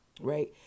Right